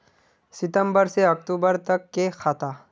सितम्बर से अक्टूबर तक के खाता?